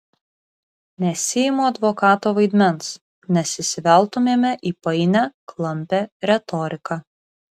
nesiimu advokato vaidmens nes įsiveltumėme į painią klampią retoriką